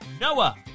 Noah